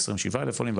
27 אלף עולים,